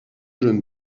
jeune